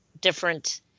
different